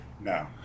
No